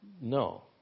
No